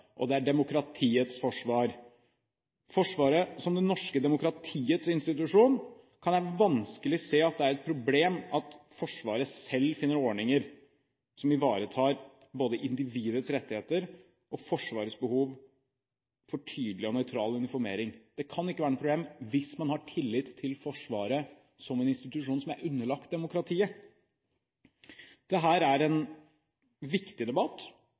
og det er demokratiets forsvar. Med hensyn til Forsvaret som det norske demokratiets institusjon kan jeg vanskelig se at det er et problem at Forsvaret selv finner ordninger som ivaretar både individets rettigheter og Forsvarets behov for tydelig og nøytral uniformering. Det kan ikke være noe problem hvis man har tillit til Forsvaret som en institusjon som er underlagt demokratiet. Dette er en viktig debatt,